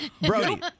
Brody